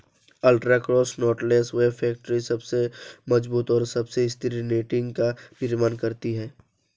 ultra cross knotless web factory सबसे मजबूत और सबसे स्थिर नेटिंग का निर्माण करती है